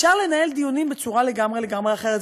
אפשר לנהל דיונים בצורה לגמרי לגמרי אחרת.